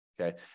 Okay